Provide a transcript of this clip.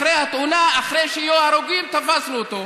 אחרי התאונה, אחרי שיהיו הרוגים, תפסנו אותו.